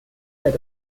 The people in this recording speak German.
der